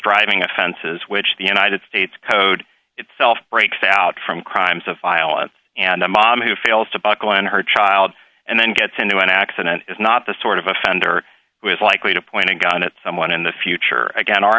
driving offenses which the united states code itself breaks out from crimes of violence and a mom who fails to buckle and her child and then gets into an accident is not the sort of offender who is likely to point a gun at someone in the future again